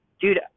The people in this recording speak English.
dude